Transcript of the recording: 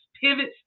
Pivots